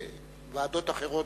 גם בוועדות אחרות,